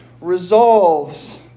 resolves